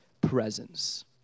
presence